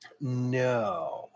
no